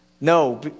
No